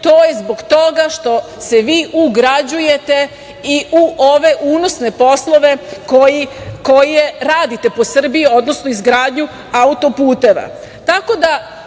To je zbog toga što se vi ugrađujete i u ove unosne poslove koje radite po Srbiji, odnosno izgradnju autoputeva.